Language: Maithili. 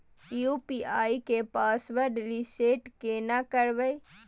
यु.पी.आई के पासवर्ड रिसेट केना करबे?